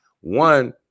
one